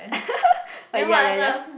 ah ya ya ya